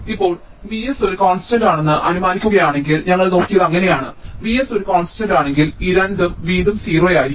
ഇപ്പോൾ Vs ഒരു constant ആണെന്ന് അനുമാനിക്കുകയാണെങ്കിൽ ഞങ്ങൾ നോക്കിയത് അങ്ങനെയാണ് Vs ഒരു കോൺസ്റ്റന്റാണെങ്കിൽ ഈ രണ്ടും വീണ്ടും 0 ആയിരിക്കും